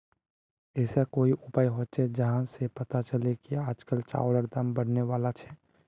ऐसा कोई उपाय होचे जहा से पता चले की आज चावल दाम बढ़ने बला छे?